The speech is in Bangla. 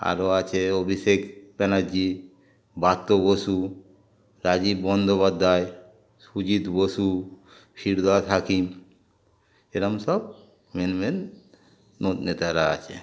আরও আছে অভিষেক ব্যানার্জি ব্রাত্য বসু রাজীব বন্দ্যোপাধ্যায় সুজিত বসু ফিরহাদ হাকিম এরকম সব মেন মেন মূল নেতারা আছে